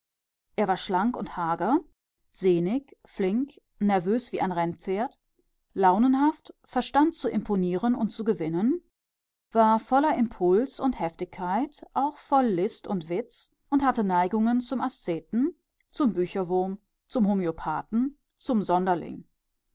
er war schlank hager sehnig flink nervös wie ein rennpferd launenhaft verstand zu imponieren und zu gewinnen war voller impuls und heftigkeit auch voll list und witz und hatte neigungen zum aszeten zum bücherwurm zum homöopathen zum sonderling